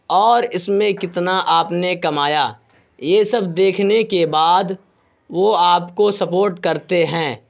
اور اس میں کتنا آپ نے کمایا یہ سب دیکھنے کے بعد وہ آپ کو سپوٹ کرتے ہیں